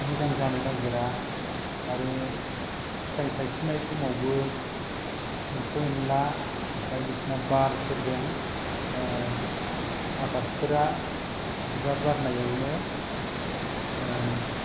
मोजां जानो नागिरा आरो फिथाइ थाइफुनाय समावबो एम्फौ एनला बायदिसिना बारफोरजों आबादफोरा बिबार बारनायावनो